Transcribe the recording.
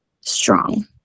strong